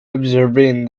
observing